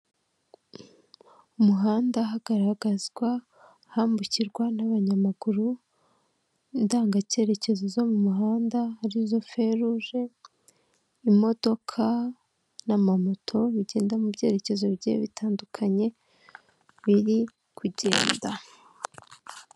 Icyapa cyo mu muhanda gifite ishusho ya mpande eshatu kizengurutswe n'umutuku, imbere ubuso n'umweru, ikirango n'umukara. Iki cyapa kirereka abayobozi b'amamodoka ko imbere aho bari kujya hari kubera ibikorwa by'ubwubatsi.